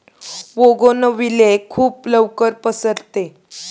bougainvillea खूप लवकर पसरते